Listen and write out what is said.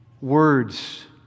words